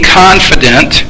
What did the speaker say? confident